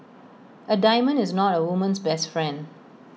A diamond is not A woman's best friend